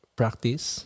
practice